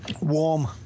Warm